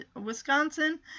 Wisconsin